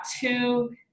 two